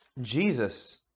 Jesus